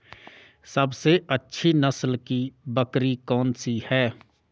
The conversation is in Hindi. सबसे अच्छी नस्ल की बकरी कौन सी है?